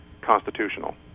constitutional